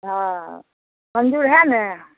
हँ मन्जुर हइ ने